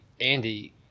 andy